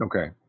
Okay